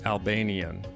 Albanian